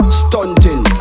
stunting